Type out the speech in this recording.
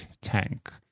tank